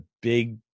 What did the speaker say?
big